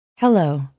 Hello